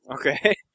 Okay